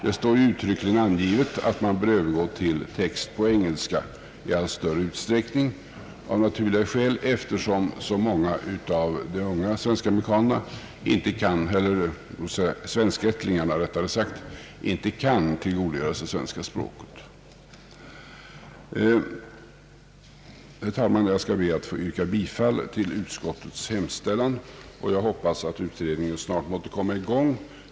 Det står uttryckligen angivet att man bör övergå till text på engelska i allt större utsträckning; detta av naturliga skäl eftersom så många av svenskättlingarna inte kan tillgodogöra sig svenska språket. Herr talman! Jag ber att få yrka bifall till utskottets hemställan, och jag hoppas att utredningen snart måtte komma i gång.